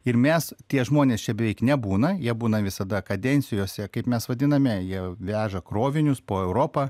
ir mes tie žmonės čia beveik nebūna jie būna visada kadencijose kaip mes vadiname jau veža krovinius po europą